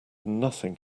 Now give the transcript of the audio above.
nothing